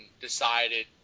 decided